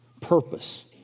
purpose